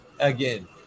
Again